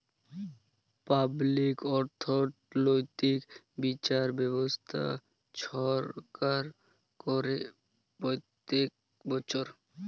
public অথ্থলৈতিক বিচার ব্যবস্থা ছরকার ক্যরে প্যত্তেক বচ্ছর